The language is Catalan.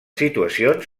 situacions